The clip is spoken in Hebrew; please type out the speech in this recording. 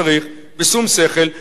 צריך בשום שכל,